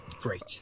great